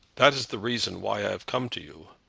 that is the reason why i have come to you.